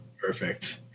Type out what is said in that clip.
perfect